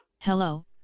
Hello